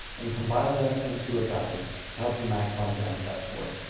and compiled them into a guide to help you maximize your mcat score.